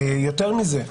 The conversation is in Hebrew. יותר מזה,